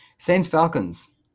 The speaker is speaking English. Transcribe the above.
Saints-Falcons